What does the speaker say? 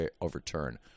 overturn